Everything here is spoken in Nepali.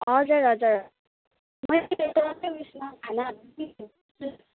हजुर हजुर मैले